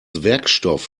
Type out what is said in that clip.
werkstoff